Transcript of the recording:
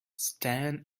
stern